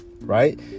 Right